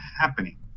happening